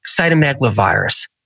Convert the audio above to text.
cytomegalovirus